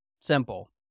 Simple